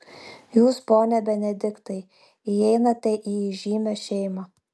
jūs pone benediktai įeinate į įžymią šeimą